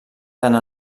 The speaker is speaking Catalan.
tant